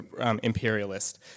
imperialist